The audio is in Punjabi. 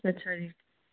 ਅੱਛਾ ਜੀ